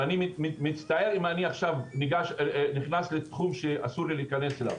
אני מצטער כי אני עכשיו נכנס לתחום שאסור לי להיכנס אליו,